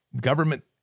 government